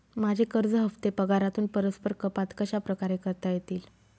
माझे कर्ज हफ्ते पगारातून परस्पर कपात कशाप्रकारे करता येतील?